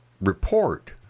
report